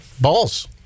balls